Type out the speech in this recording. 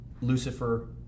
lucifer